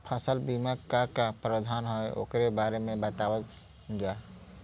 फसल बीमा क का प्रावधान हैं वोकरे बारे में बतावल जा?